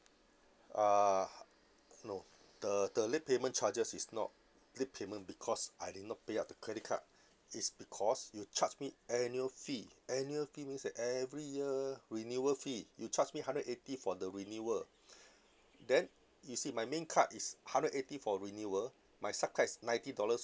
uh no the the late payment charges is not late payment because I did not pay up the credit card it's because you charge me annual fee annual fee means that every year renewal fee you charge me hundred eighty for the renewal then you see my main card is hundred eighty for renewal my sub card is ninety dollars